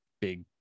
big